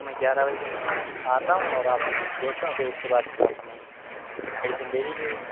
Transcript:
میں گیارہ بجے آتا ہوں اور آپ سے دیکھتا ہوں پھر اس کے بعد آپ ہمیں میڈیسن دے دیجیے گا